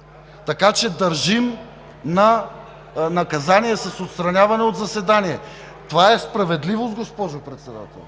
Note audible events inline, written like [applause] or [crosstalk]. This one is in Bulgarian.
[noise] Държим на наказание с отстраняване от заседание. Това е справедливост, госпожо Председател.